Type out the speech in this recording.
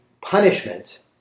punishment